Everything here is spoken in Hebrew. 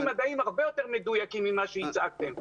מדעיים הרבה יותר מדויקים ממה שהצגתם,